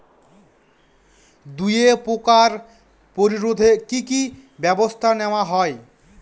দুয়ে পোকার প্রতিরোধে কি কি ব্যাবস্থা নেওয়া হয়?